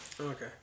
okay